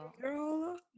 Girl